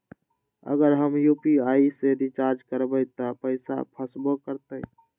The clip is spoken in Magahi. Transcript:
अगर हम यू.पी.आई से रिचार्ज करबै त पैसा फसबो करतई?